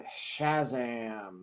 shazam